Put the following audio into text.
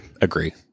Agree